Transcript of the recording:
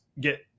get